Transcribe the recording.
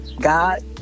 God